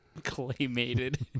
Claymated